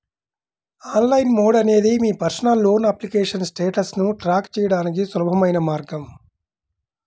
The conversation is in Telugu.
ఆన్లైన్ మోడ్ అనేది మీ పర్సనల్ లోన్ అప్లికేషన్ స్టేటస్ను ట్రాక్ చేయడానికి సులభమైన మార్గం